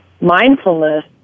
mindfulness